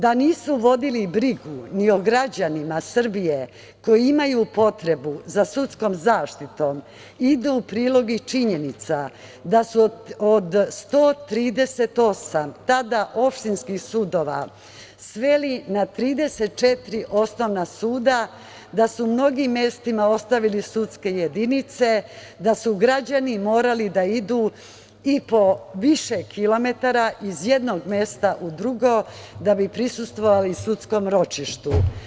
Da nisu vodili brigu ni o građanima Srbije koji imaju potrebu za sudskom zaštitom ide u prilog i činjenica da su 138 opštinskih sudova sveli na 34 osnovna suda, da su na mnogim mestima ostavili sudske jedinice, da su građani morali da idu i po više kilometara iz jednog mesta u drugo da bi prisustvovali sudskom ročištu.